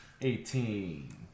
Eighteen